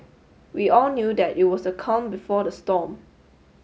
we all knew that it was the calm before the storm